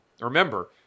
Remember